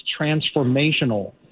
transformational